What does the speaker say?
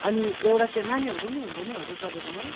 अनि एउटा चाहिँ नानीहरूको पनि हुन्छ नि हजुर तपाईँकोमा